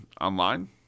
online